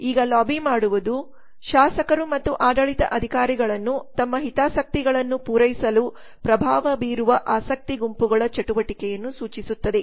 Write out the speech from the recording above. ಈಗ ಲಾಬಿಮಾಡುವುದು ಶಾಸಕರು ಮತ್ತು ಆಡಳಿತ ಅಧಿಕಾರಿಗಳನ್ನು ತಮ್ಮ ಹಿತಾಸಕ್ತಿಗಳನ್ನು ಪೂರೈಸಲು ಪ್ರಭಾವ ಬೀರುವ ಆಸಕ್ತಿ ಗುಂಪುಗಳ ಚಟುವಟಿಕೆಯನ್ನು ಸೂಚಿಸುತ್ತದೆ